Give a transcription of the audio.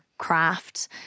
craft